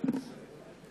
(חותם על